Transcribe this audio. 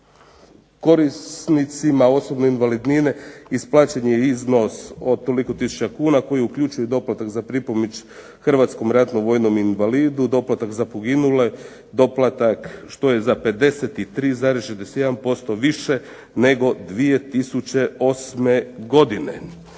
korisnicima osobne invalidnine isplaćen je iznos od toliko tisuća kuna koji uključuje doplatak za pripomoć Hrvatskom ratnom vojnom invalidu, doplatak za poginule, doplatak što je za 53,61% više nego 2008. godine.